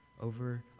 over